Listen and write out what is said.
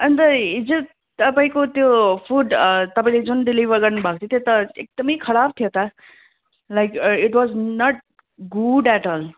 अन्त हिजो तपाईँको त्यो फुड तपाईँले जुन डेलिभर गर्नु भएको थ्यो त्यो त एकदम खराब थियो त like it was not good at all